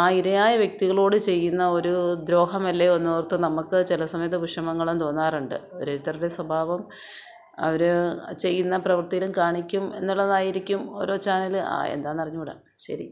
ആ ഇരയായ വ്യക്തികളോട് ചെയ്യുന്ന ഒരു ദ്രോഹമല്ലയോ എന്നോർത്ത് നമുക്ക് ചില സമയത്ത് വിഷമങ്ങളും തോന്നാറുണ്ട് ഓരോത്തരുടെയും സ്വഭാവം അവർ ചെയ്യുന്ന പ്രവൃർത്തിയിലും കാണിക്കും എന്നുള്ളതായിരിക്കും ഓരോ ചാനൽ ആ എന്താണെന്ന് അറിഞ്ഞുകൂടാ ശരി